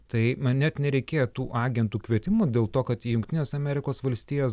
tai man net nereikėjo tų agentų kvietimo dėl to kad į jungtines amerikos valstijas